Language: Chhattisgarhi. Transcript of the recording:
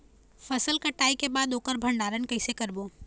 फसल कटाई के बाद ओकर भंडारण कइसे करबो?